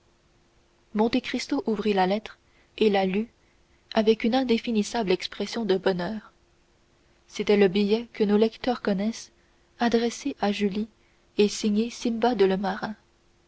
inconnu monte cristo ouvrit la lettre et la lut avec une indéfinissable expression de bonheur c'était le billet que nos lecteurs connaissent adressé à julie et signé simbad le marin